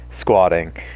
squatting